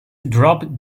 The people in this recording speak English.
drop